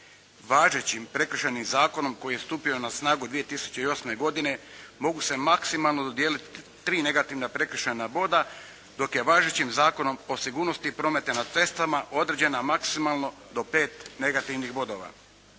Važećim Prekršajnim zakonom koji je stupio na snagu 2008. godine mogu se maksimalno dodijeliti tri negativna prekršajna boda dok je važećim Zakonom o sigurnosti prometa na cestama određena maksimalno do pet negativnih bodova.